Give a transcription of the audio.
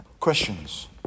Questions